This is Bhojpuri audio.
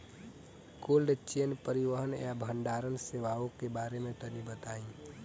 कोल्ड चेन परिवहन या भंडारण सेवाओं के बारे में तनी बताई?